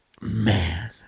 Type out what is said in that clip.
man